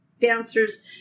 dancers